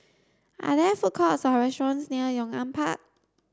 are there food courts or restaurants near Yong An Park